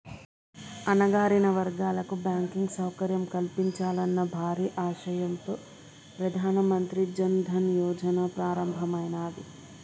అణగారిన వర్గాలకు బ్యాంకింగ్ సౌకర్యం కల్పించాలన్న భారీ ఆశయంతో ప్రధాన మంత్రి జన్ ధన్ యోజన ప్రారంభమైనాది